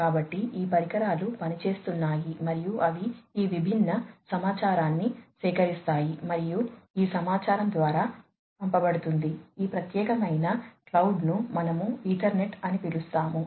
కాబట్టి ఈ పరికరాలు పనిచేస్తున్నాయి మరియు అవి ఈ విభిన్న సమాచారాన్ని సేకరిస్తాయి మరియు ఈ సమాచారం ద్వారా పంపబడుతుంది ఈ ప్రత్యేకమైన క్లౌడ్ ను మనము ఈథర్నెట్ అని పిలుస్తాము